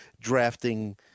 drafting